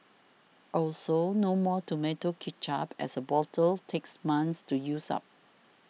also no more tomato ketchup as a bottle takes months to use up